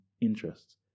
interests